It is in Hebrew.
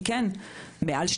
אנחנו לא רואים שיש